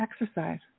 exercise